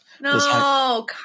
No